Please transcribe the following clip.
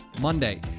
Monday